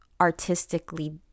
artistically